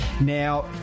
Now